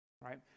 Right